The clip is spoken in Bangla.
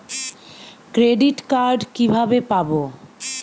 ক্রেডিট কার্ড কিভাবে পাব?